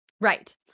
Right